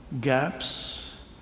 gaps